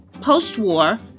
Post-war